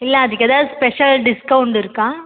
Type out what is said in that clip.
இல்லை அதுக்கு ஏதாவது ஸ்பெஷல் டிஸ்கௌண்டு இருக்கா